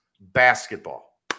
basketball